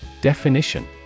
Definition